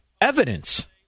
evidence